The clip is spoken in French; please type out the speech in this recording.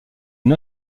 une